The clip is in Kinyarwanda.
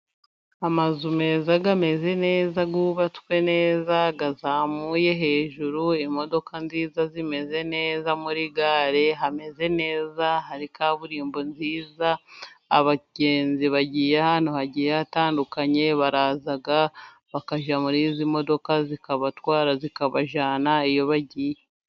Amazu meza ameze neza yubatswe neza azamuye hejuru, imodoka nziza zimeze neza muri gare hameze neza, hari kaburimbo nziza ,abagenzi bagiye ahantu hagiye hatandukanye baraza bakajya muri izi modoka zikabatwara zikabajyana iyo bagiye.